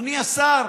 אדוני השר,